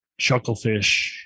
Chucklefish